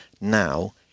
now